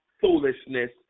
foolishness